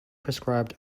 prescribed